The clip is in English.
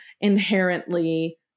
inherently